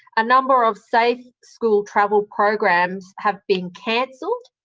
a number of safe school travel programs have been cancelled,